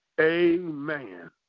amen